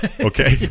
Okay